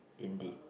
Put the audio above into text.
indeed